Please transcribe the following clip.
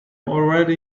already